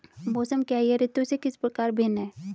मौसम क्या है यह ऋतु से किस प्रकार भिन्न है?